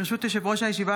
ברשות יושב-ראש הישיבה,